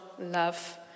love